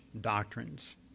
doctrines